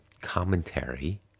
commentary